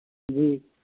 جی